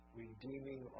redeeming